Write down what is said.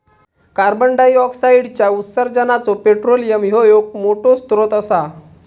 कार्बंडाईऑक्साईडच्या उत्सर्जानाचो पेट्रोलियम ह्यो एक मोठो स्त्रोत असा